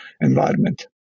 Environment